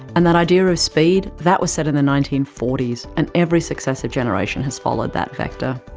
and that idea of speed that was set in the nineteen forty s, and every successive generation has followed that vector.